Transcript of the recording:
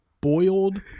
boiled